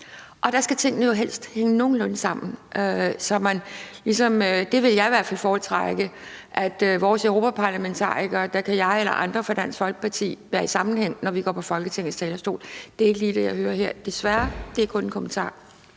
og de ting skal jo helst hænge nogenlunde sammen. Jeg vil i hvert fald foretrække, at vores europaparlamentarikere kan jeg og andre fra Dansk Folkeparti være i samklang med, når vi går på Folketingets talerstol. Det er desværre ikke lige det, jeg hører her. Det er kun en kommentar.